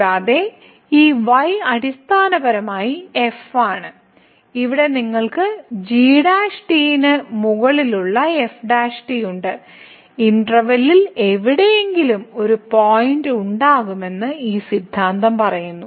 കൂടാതെ ഈ y അടിസ്ഥാനപരമായി f ആണ് ഇവിടെ നിങ്ങൾക്ക് g ന് മുകളിലുള്ള f ഉണ്ട് ഇന്റെർവെല്ലിൽ എവിടെയെങ്കിലും ഒരു പോയിന്റ് ഉണ്ടാകുമെന്ന് ഈ സിദ്ധാന്തം പറയുന്നു